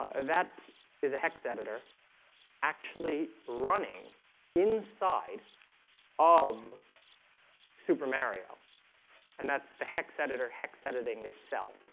ah that is a hex editor actually running inside of supermario and that's the hex editor hex editing itself